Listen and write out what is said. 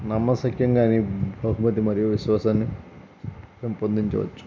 నమ్మశక్యంగానే బహుమతి మరియు విశ్వాసాన్నిపెంపొందించవచ్చు